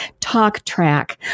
TalkTrack